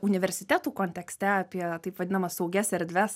universitetų kontekste apie taip vadinamas saugias erdves